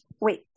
Wait